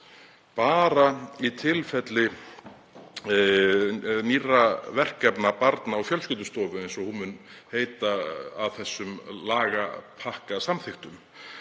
bara í tilfelli nýrra verkefna Barna- og fjölskyldustofu eins og hún mun heita að þessum lagapakka samþykktum.